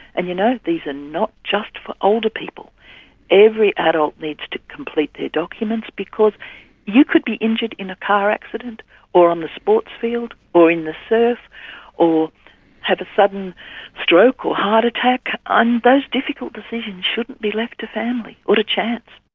and you know these are not just for older people every adult needs to complete their documents because you could be injured in a car accident or on the sports field, or in the surf or have a sudden stroke or heart attack, and those difficult decisions shouldn't be left to family or to chance.